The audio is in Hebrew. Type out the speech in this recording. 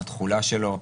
התחולה שלו,